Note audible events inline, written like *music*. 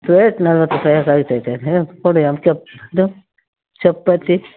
plate ನಲ್ವತ್ತು ರೂಪಾಯಾ *unintelligible* ಚಪಾತಿ